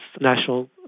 National